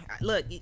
look